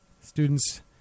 Students